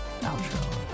outro